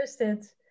interested